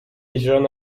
اجرا